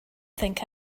think